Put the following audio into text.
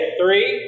three